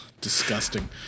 Disgusting